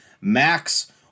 Max